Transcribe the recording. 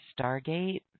stargate